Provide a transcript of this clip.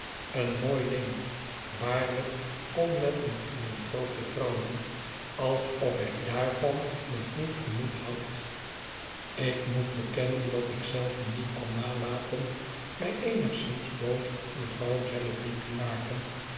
een mooi ding waarlijk om met een philanthroop te trouwen alsof ik d a a rvan nog niet genoeg had ik moet bekennen dat ik zelve niet kon nalaten mij eonigszins boos op mevrouw jellyby te maken